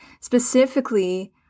specifically